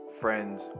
friends